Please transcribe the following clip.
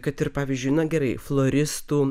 kad ir pavyzdžiui na gerai floristų